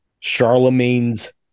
Charlemagne's